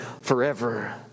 forever